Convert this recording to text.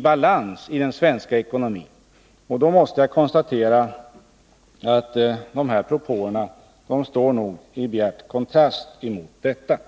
balans i den svenska ekonomin. Jag måste då konstatera att de propåer som nu kommer står i bjärt kontrast till detta.